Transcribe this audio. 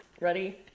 Ready